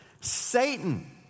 Satan